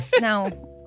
No